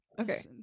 Okay